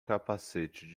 capacete